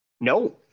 No